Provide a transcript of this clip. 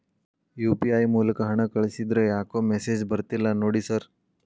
UPI ಮೂಲಕ ಹಣ ಕಳಿಸಿದ್ರ ಯಾಕೋ ಮೆಸೇಜ್ ಬರ್ತಿಲ್ಲ ನೋಡಿ ಸರ್?